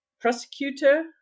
prosecutor